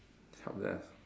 help desk